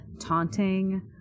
taunting